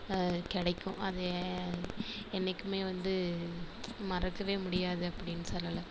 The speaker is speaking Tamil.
கிடைக்கும் அது என்னைக்குமே வந்து மறக்கவே முடியாது அப்படின்னு சொல்லலாம்